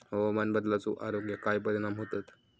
हवामान बदलाचो आरोग्याक काय परिणाम होतत?